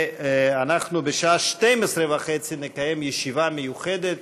בשעה 12:30 נקיים ישיבה מיוחדת,